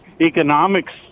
economics